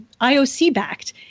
IOC-backed